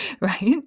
Right